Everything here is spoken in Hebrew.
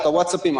את הווטסאפים,